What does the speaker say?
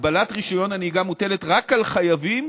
הגבלת רישיון הנהיגה מוטלת רק על חייבים